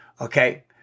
Okay